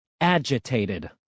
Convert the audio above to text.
agitated